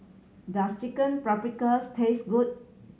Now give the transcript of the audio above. does Chicken Paprikas taste good